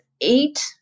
eight